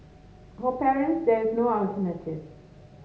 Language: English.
for parents there is no alternative